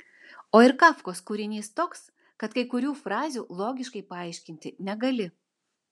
o ir kafkos kūrinys toks kad kai kurių frazių logiškai paaiškinti negali